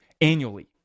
annually